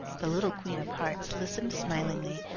the little queen of hearts listened smilingly,